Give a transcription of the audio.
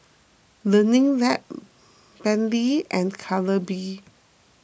Learning Lab Bentley and Calbee